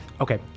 Okay